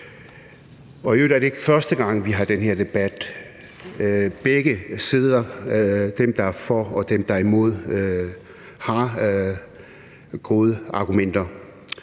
I øvrigt er det ikke første gang, vi har den her debat. Begge sider, altså dem, der er for, og dem, der er imod, har gode argumenter: